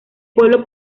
pueblo